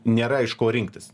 nėra iš ko rinktis